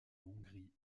hongrie